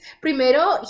primero